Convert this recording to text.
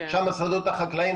שם השדות החקלאיים.